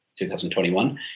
2021